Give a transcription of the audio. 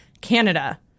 Canada